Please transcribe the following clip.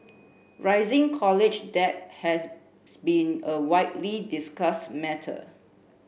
rising college debt has been a widely discussed matter